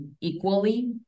equally